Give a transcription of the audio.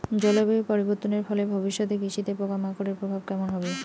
জলবায়ু পরিবর্তনের ফলে ভবিষ্যতে কৃষিতে পোকামাকড়ের প্রভাব কেমন হবে?